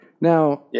Now